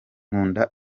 nkunda